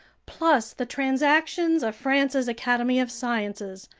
plus the transactions of france's academy of sciences,